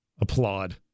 applaud